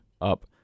up